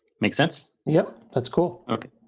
makes sense? yeah, that's cool. okay.